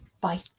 Bye